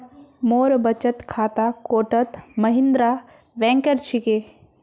मोर बचत खाता कोटक महिंद्रा बैंकेर छिके